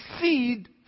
seed